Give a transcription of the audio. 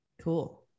Cool